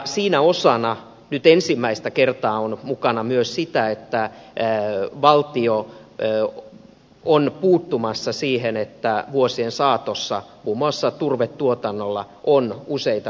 siinä osana nyt ensimmäistä kertaa on mukana myös sitä että valtio on puuttumassa siihen että vuosien saatossa muun muassa turvetuotannolla on useita lähivesiä pilattu